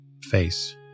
face